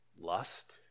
lust